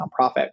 nonprofit